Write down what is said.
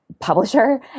publisher